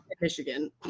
Michigan